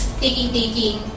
taking-taking